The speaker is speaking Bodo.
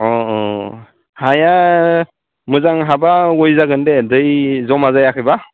ओं हाया मोजां हाब्ला गय जागोन दे दै जमा जायाखैब्ला